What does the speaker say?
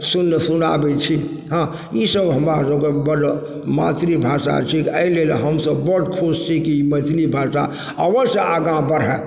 सुनै सुनाबै छी हँ ई सब हमरा सबके बड़ मातृभाषा थिक अहि लेल हमसब बड़ खुश छी कि मैथिली भाषा ओहिस आगा बढ़ै